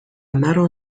مرا